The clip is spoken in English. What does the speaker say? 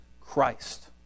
Christ